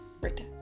Right